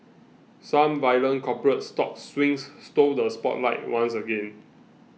some violent corporate stock swings stole the spotlight once again